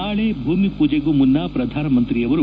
ನಾಳೆ ಭೂಮಿ ಪೂಜೆಗೂ ಮುನ್ನ ಪ್ರಧಾನಮಂತ್ರಿಯವರು